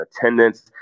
attendance